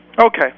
Okay